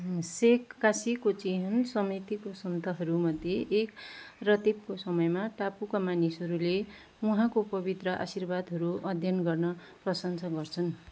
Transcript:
सेख कासीको चिहान समीतिको सन्तहरूमध्ये एक रथीबको समयमा टापुका मानिसहरूले उहाँको पवित्र आशीर्वादहरू अध्ययन गर्न प्रशंसा गर्छन्